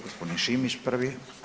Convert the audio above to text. Gospodin Šimić prvi.